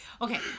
Okay